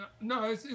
No